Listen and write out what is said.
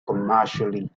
commercially